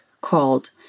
called